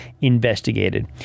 investigated